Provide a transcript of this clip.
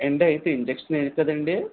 ఏండి అయితే ఇంజక్షన్ వేయరు కదండి